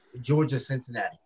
Georgia-Cincinnati